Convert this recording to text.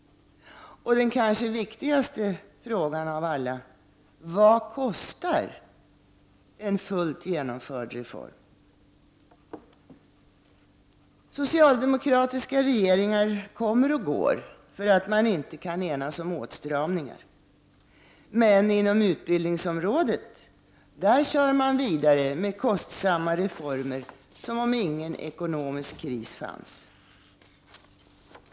Och den kanske viktigaste frågan av alla: Vad kostar en fullt genomförd reform? Socialdemokratiska regeringar kommer och går, för att man inte kan enas om åtstramningar. Men inom utbildningsområdet kör man vidare med kostsamma reformer som om ingen ekonomisk kris fanns.